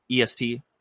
EST